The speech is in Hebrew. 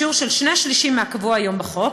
בשיעור של שני שלישים מהקבוע היום בחוק,